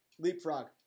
Leapfrog